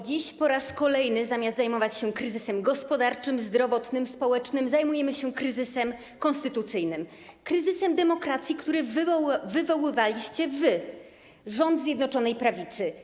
Dziś po raz kolejny, zamiast zajmować się kryzysem gospodarczym, zdrowotnym, społecznym, zajmujemy się kryzysem konstytucyjnym, kryzysem demokracji, który wywołaliście wy, rząd Zjednoczonej Prawicy.